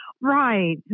Right